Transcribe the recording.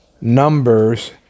Numbers